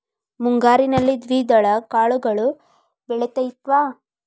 ಮುಂಗಾರಿನಲ್ಲಿ ದ್ವಿದಳ ಕಾಳುಗಳು ಬೆಳೆತೈತಾ?